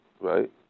right